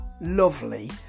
lovely